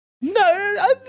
No